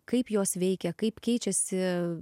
kaip jos veikia kaip keičiasi